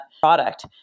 product